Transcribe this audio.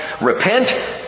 repent